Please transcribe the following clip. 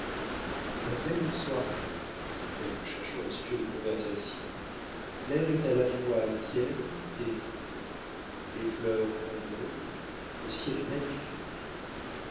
la belle soirée dit-elle en cherchant un sujet de conversation l'air est à la fois tiède et frais les fleurs embaument le ciel est magnifique